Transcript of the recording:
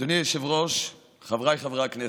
אדוני היושב-ראש, חבריי חברי הכנסת,